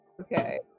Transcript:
okay